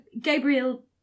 Gabriel